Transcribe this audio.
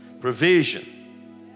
provision